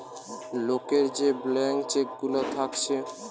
লোকের যে blank cheque গুলা থাকছে